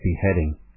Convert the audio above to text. beheading